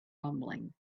rumbling